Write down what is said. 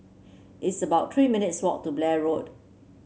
it's about Three minutes' walk to Blair Road